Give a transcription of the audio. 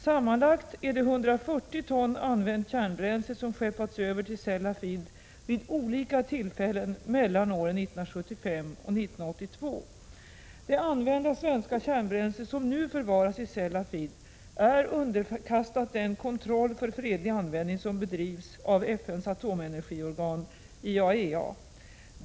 Sammanlagt är det 140 ton använt kärnbränsle som skeppats över till Sellafield vid olika tillfällen åren 1975-1982. Det använda svenska kärnbränsle som nu förvaras i Sellafield är underkastat den kontroll för fredlig användning som bedrivs av FN:s atomenergiorgan IAEA.